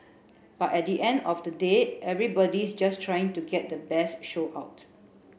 but at the end of the day everybody's just trying to get the best show out